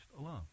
alone